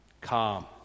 Calm